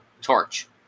torch